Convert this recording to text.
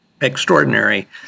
extraordinary